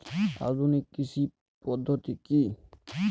আধুনিক কৃষি পদ্ধতি কী?